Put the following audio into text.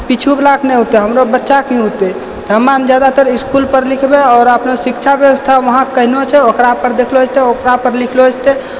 पिछू बला के नहि होतै हमरो बच्चा के होतै तऽ हमरामे जादातर इसकुल पर लिखबै आओर अपना शिक्षा ब्यबस्था वहाँ केहनो छै ओकरा पर देखलो जेतै ओकरा पर लिखलो जेतै